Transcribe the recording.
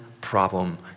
problem